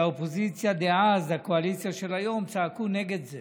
והאופוזיציה דאז, הקואליציה של היום, צעקו נגד זה